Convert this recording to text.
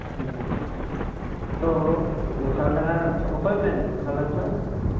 ᱛᱚ ᱜᱚᱥᱟᱞ ᱰᱟᱝᱜᱟ ᱜᱚᱥᱟᱞ ᱰᱟᱝᱜᱟ ᱠᱷᱚᱡ ᱚᱠᱚᱭᱮᱢ ᱞᱟᱹᱭ ᱫᱟ